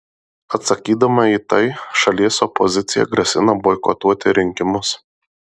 atsakydama į tai šalies opozicija grasina boikotuoti rinkimus